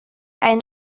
einen